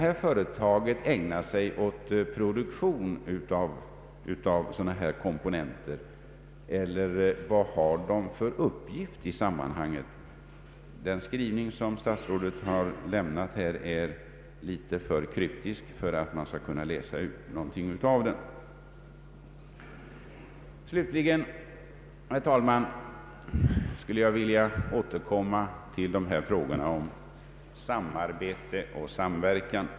Skall företaget ägna sig åt produktion av sådana här komponenter, eller vilken uppgift har det i sammanhanget? Den skrivning som statsrådet lämnat är li tet för kryptisk för att man skall kunna läsa ut någonting av den. Slutligen, herr talman, vill jag återkomma till frågorna om samarbete och samverkan.